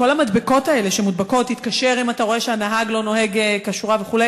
המדבקות של תתקשר אם אתה רואה שהנהג לא נוהג כשורה וכו',